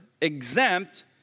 exempt